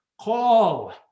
call